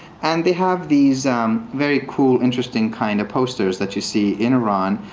and they have these very cool interesting kind of posters that you see iran.